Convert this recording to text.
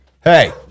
Hey